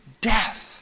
death